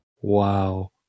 Wow